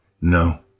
no